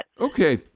Okay